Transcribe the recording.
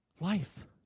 Life